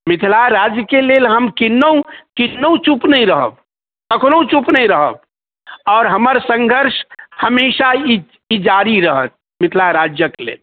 मिथिलाराजके लेल हम किन्नहु किन्नहु चुप नहि रहब कखनहु चुप नहि रहब आओर हमर संघर्ष हमेशा ई जारी रहत मिथिला राज्यके लेल